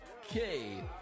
Okay